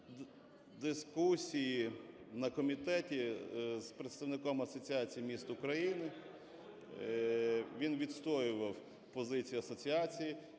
дискусії на комітеті з представником Асоціації міст України. Він відстоював позицію асоціації.